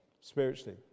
Spiritually